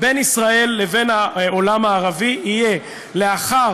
בין ישראל לבין העולם הערבי יהיה לאחר